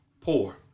poor